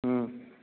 ह्म्म